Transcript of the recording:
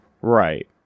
Right